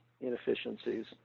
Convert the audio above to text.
inefficiencies